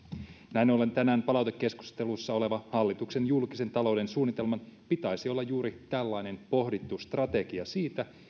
näin ollen tänään palautekeskustelussa olevan hallituksen julkisen talouden suunnitelman pitäisi olla juuri tällainen pohdittu strategia siitä